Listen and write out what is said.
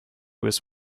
was